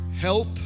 Help